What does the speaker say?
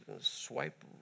swipe